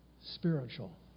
spiritual